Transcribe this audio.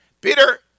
Peter